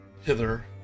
hither